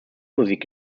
musik